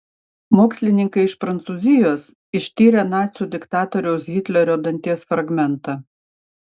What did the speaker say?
mokslininkai iš prancūzijos ištyrė nacių diktatoriaus hitlerio danties fragmentą